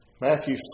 Matthew